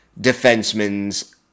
defensemen's